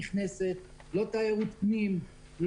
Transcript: לא תיירות נכנסת לא תיירות פנים,